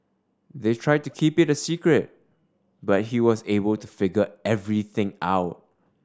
they tried to keep it a secret but he was able to figure everything out